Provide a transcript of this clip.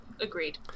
Agreed